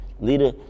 Leader